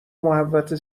محوطه